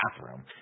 bathroom